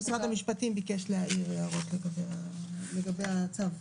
משרד המשפטים ביקש להעיר הערות לגבי הצו.